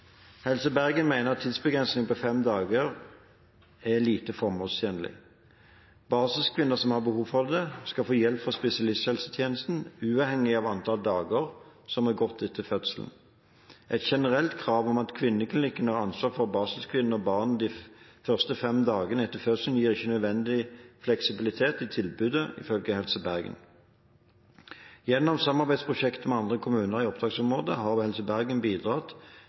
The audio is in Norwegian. Helse Bergen mener en tidsbegrensning på fem dager er lite formålstjenlig. Barselkvinner som har behov for det, skal få hjelp fra spesialisthelsetjenesten uavhengig av antall dager som er gått etter fødselen. Et generelt krav om at kvinneklinikken har ansvar for barselkvinner og barn de første fem dagene etter fødselen, gir ikke nødvendig fleksibilitet i tilbudet ifølge Helse Bergen. Gjennom samarbeidsprosjekt med andre kommuner i oppdragsområdet har Helse Bergen bidratt